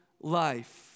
life